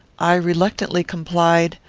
i reluctantly complied,